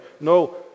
No